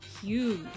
huge